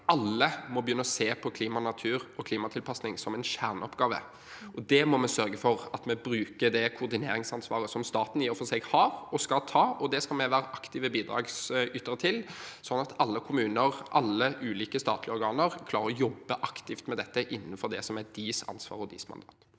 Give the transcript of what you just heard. alle må begynne å se på klima og natur og klimatilpasning som en kjerneoppgave. Vi må også sørge for at vi bruker det koordineringsansvaret som staten i og for seg har – og skal ta – og det skal vi være aktive bidragsytere til, slik at alle kommuner og alle ulike statlige organer klarer å jobbe aktivt med dette innenfor det som et deres ansvar og deres mandat.